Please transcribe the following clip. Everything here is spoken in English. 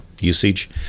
usage